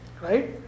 Right